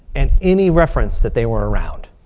and any reference that they were around.